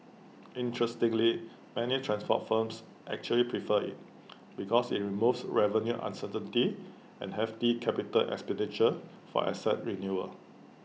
interestingly many transport firms actually prefer IT because IT removes revenue uncertainty and hefty capital expenditure for asset renewal